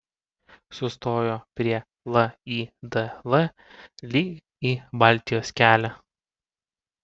sustojo prie lidl lyg į baltijos kelią